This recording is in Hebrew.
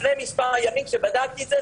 לפני מספר ימים כשבדקתי את זה,